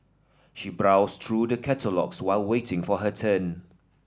she brows through the catalogues while waiting for her turn